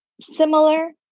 similar